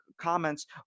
comments